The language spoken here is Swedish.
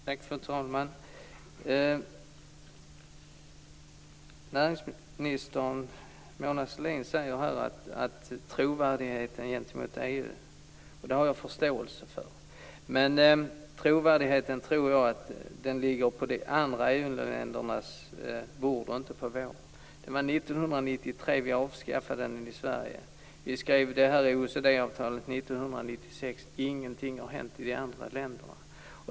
Fru talman! Näringsministern, Mona Sahlin, talar här om trovärdigheten gentemot EU. Det har jag förståelse för. Men trovärdigheten tror jag ligger på de andra EU-ländernas bord, inte på vårt. 1993 avskaffades subventionerna i Sverige. Vi skrev på OECD-avtalet 1996. Ingenting har hänt i de andra länderna.